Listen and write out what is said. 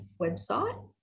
website